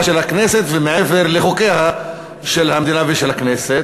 של הכנסת ומעבר לחוקים של המדינה ושל הכנסת.